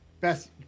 Best